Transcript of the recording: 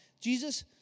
Jesus